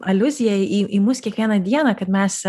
aliuzija į į mus kiekvieną dieną kad mes